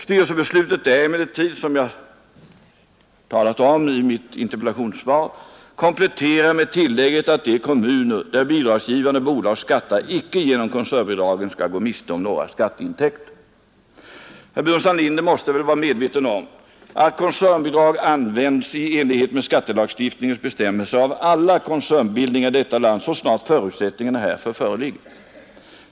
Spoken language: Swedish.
Styrelsebeslutet är emellertid, som jag har talat om i mitt interpellationssvar, kompletterat med tillägget att de kommuner där bidragsgivande bolag skattar icke genom koncernbidragen skall gå miste om några skatteintäkter. Herr Burenstam Linder måste väl vara medveten om att koncernbidrag används i enlighet med skattelagstiftningens bestämmelser av alla koncernbildningar i detta land så snart förutsättningar härför föreligger.